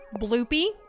Bloopy